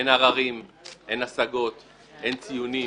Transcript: -- אין עררים, אין השגות, אין ציונים.